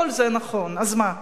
כל זה נכון, אז מה?